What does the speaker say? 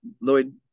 Lloyd